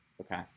okay